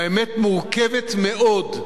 והאמת מורכבת מאוד,